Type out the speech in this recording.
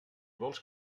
vols